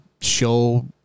show